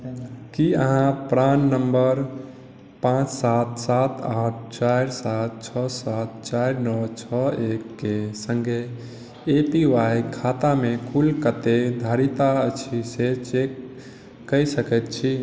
की अहाँ PRAN number पाँच सात सात आठ चारि सात छओ सात चाइर नओ छओ एक के संगे ए पी वाई खाता मे कुल कते धारिता अछि से चेक कए सकैत छी